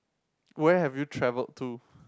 where have you traveled to